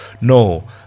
no